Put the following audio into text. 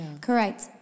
Correct